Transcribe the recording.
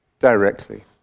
Directly